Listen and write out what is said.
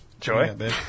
Joy